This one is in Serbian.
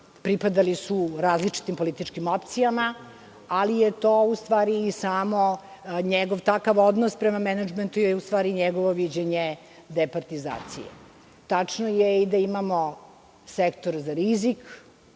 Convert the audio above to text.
pripadali su različitim političkim opcijama, ali je njegov takav odnos prema menadžmentu u stvari njegovo viđenje departizacije. Tačno je i da imamo sektor za rizik,